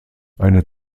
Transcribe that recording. eine